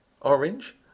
orange